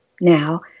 now